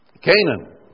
Canaan